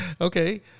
Okay